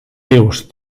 rius